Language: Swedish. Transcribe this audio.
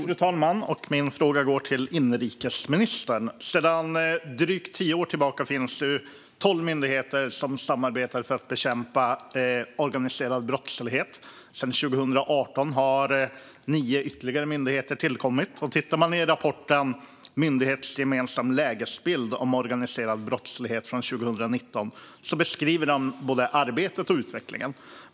Fru talman! Min fråga går till inrikesministern. Sedan drygt tio år samarbetar tolv myndigheter för att bekämpa organiserad brottslighet. Sedan 2018 har ytterligare nio myndigheter tillkommit, och i rapporten Myndighetsgemensam lägesbild om organiserad brottslighet från 2019 beskrivs både arbetet och utvecklingen.